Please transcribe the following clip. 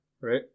right